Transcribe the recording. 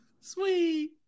Sweet